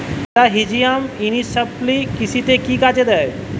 মেটাহিজিয়াম anisopliae কৃষিতে কি কাজে দেয়?